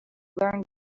learned